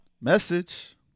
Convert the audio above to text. message